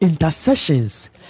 intercessions